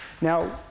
Now